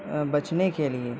بچنے کے لیے